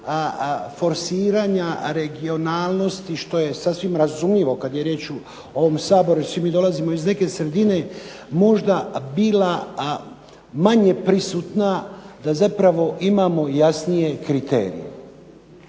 forsiranja regionalnosti što je sasvim razumljivo kad je riječ o ovom Saboru. Jer svi mi dolazimo iz neke sredine možda bila manje prisutna da zapravo imamo jasnije kriterije.